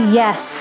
yes